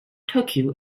tokyo